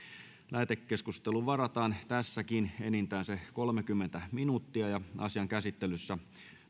lähetekeskusteluun varataan tässäkin enintään kolmekymmentä minuuttia asian käsittelyssä